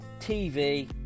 tv